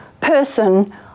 person